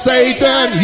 Satan